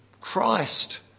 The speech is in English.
Christ